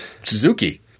Suzuki